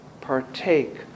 partake